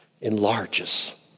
enlarges